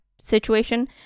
situation